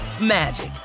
magic